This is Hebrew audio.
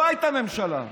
לא הייתה ממשלה,